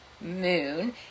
moon